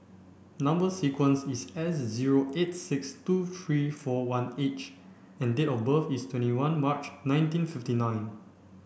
number sequence is S zero eight six two three four one H and date of birth is twenty one March nineteen fifty nine